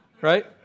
right